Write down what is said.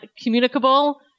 communicable